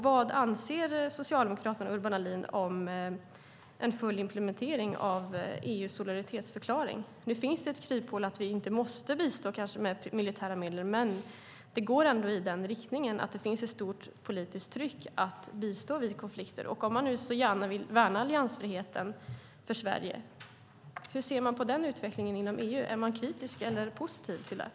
Vad anser Socialdemokraterna och Urban Ahlin om en full implementering av EU:s solidaritetsförklaring? Det finns ett kryphål som gör att vi inte måste bistå med militära medel, men det går mot den riktningen. Det finns ett stort politiskt tryck att bistå vid konflikter. Om ni så gärna vill värna Sveriges alliansfrihet, hur ser ni då på denna utveckling inom EU? Är ni kritiska eller positiva till den?